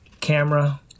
camera